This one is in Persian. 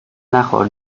نخور